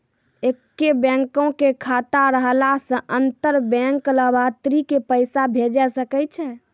एक्के बैंको के खाता रहला से अंतर बैंक लाभार्थी के पैसा भेजै सकै छै